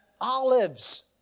olives